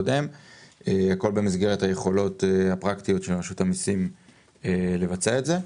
והכול במסגרת היכולות הפרקטיות של רשות המיסים לבצע את זה.